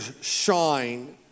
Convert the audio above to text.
shine